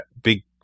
big